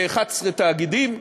ב-11 תאגידים.